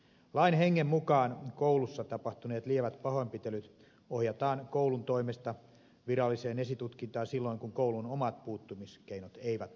lain hengen mukaan koulussa tapahtuneet lievät pahoinpitelyt ohjataan koulun toimesta viralliseen esitutkintaan silloin kun koulun omat puuttumiskeinot eivät ole riittäviä